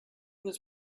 was